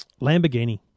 lamborghini